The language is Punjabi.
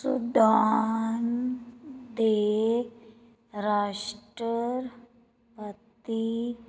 ਸੂਡਾਨ ਦੇ ਰਾਸ਼ਟਰਪਤੀ